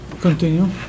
Continue